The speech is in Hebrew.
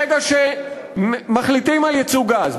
ברגע שמחליטים על ייצוא גז,